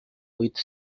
with